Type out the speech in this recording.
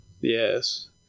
Yes